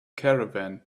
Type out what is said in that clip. caravan